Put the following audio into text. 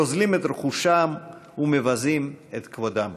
גוזלים את רכושם ומבזים את כבודם.